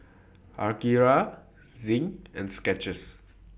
Akira Zinc and Skechers